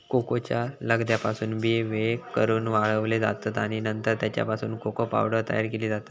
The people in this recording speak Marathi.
कोकोच्या लगद्यापासून बिये वेगळे करून वाळवले जातत आणि नंतर त्यापासून कोको पावडर तयार केली जाता